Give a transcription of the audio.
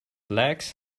legs